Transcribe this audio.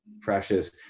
precious